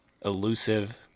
elusive